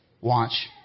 Watch